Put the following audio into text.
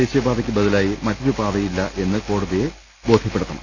ദേശീയപാതക്ക് ബദലായി മറ്റൊരു പാതയുമില്ല എന്ന് കോടതിയെ ബോധ്യപ്പെടുത്തണം